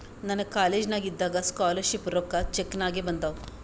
ನನಗ ಕಾಲೇಜ್ನಾಗ್ ಇದ್ದಾಗ ಸ್ಕಾಲರ್ ಶಿಪ್ ರೊಕ್ಕಾ ಚೆಕ್ ನಾಗೆ ಬಂದಾವ್